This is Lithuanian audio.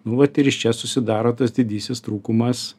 nu vat ir iš čia susidaro tas didysis trūkumas